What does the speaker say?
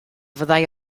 fyddai